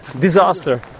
disaster